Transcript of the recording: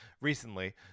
recently